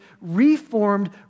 reformed